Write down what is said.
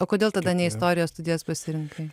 o kodėl tada ne istorijos studijas pasirinkai